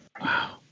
Wow